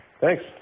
thanks